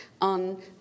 on